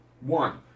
One